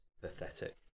pathetic